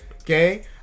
Okay